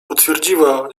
potwierdziła